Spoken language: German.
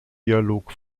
dialog